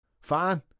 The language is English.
Fine